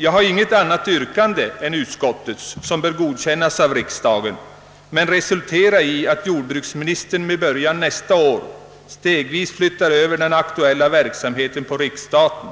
Jag har inget annat yrkande än utskottets, som bör godkännas av riksdagen men resultera i att jordbruksministern med början nästa år stegvis flyttar över den aktuella verksamheten på riksstaten.